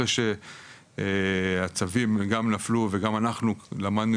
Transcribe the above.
אחרי שהצווים גם נפלו וגם אנחנו למדנו